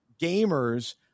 Gamers –